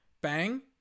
Bang